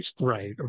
Right